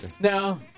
No